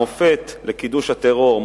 מופת לקידוש הטרור,